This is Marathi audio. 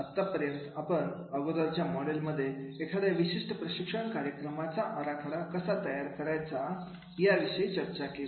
आत्तापर्यंत आपण अगोदरच्या मॉडेलमध्ये एखाद्या विशिष्ट प्रशिक्षण कार्यक्रमाचा आराखडा कसा तयार करायचा याविषयी चर्चा केली